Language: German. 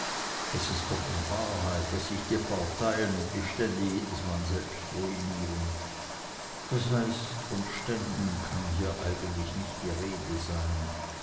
es ist doch ne wahrheit daß sich die parteien und die stände jedesmal selbst ruinieren das heißt von ständen kann hier eigentlich nicht die rede sein